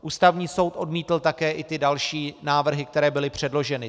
Ústavní soud odmítl i ty další návrhy, které byly předloženy.